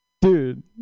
dude